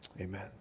amen